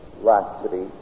laxity